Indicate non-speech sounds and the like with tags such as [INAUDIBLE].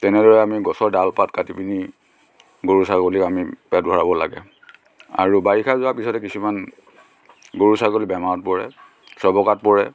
তেনেদৰে আমি গছৰ ডাল পাত কাটি পিনি গৰু ছাগলীক আমি পেট ভৰাব লাগে আৰু বাৰিষা যোৱাৰ পিছতে কিছুমান গৰু ছাগলী বেমাৰত পৰে [UNINTELLIGIBLE] পৰে